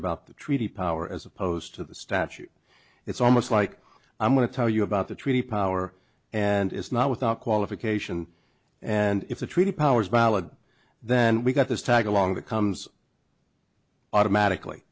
about the treaty power as opposed to the statute it's almost like i'm going to tell you about the treaty power and it's not without qualification and if the treaty powers valid then we got this tag along that comes automatically